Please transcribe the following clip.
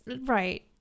right